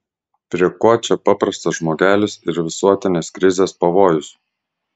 prie ko čia paprastas žmogelis ir visuotinės krizės pavojus